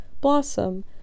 blossom